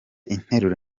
interuro